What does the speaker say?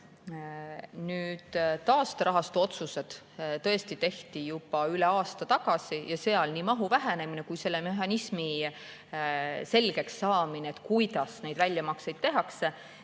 Nüüd, taasterahastu otsused tõesti tehti juba üle aasta tagasi. Ja seal oli nii mahu vähenemine kui ka selle mehhanismi selgeks saamine, kuidas neid väljamakseid tehakse